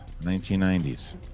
1990s